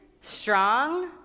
strong